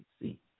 see